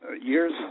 years